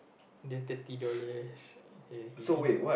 the thirty dollars